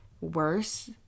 worse